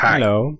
Hello